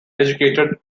educated